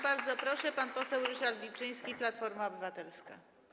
Bardzo proszę, pan poseł Ryszard Wilczyński, Platforma Obywatelska.